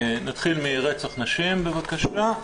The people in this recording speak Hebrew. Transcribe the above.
נתחיל מרצח נשים בבקשה.